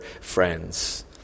friends